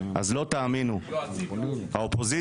לא תאמינו האופוזיציה,